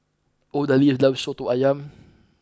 Odalis loves Soto Ayam